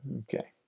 Okay